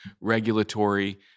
regulatory